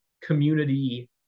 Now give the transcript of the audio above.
community